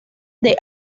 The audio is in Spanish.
del